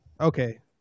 Okay